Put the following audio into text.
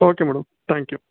okay madam thank you